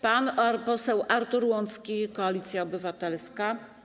Pan poseł Artur Łącki, Koalicja Obywatelska.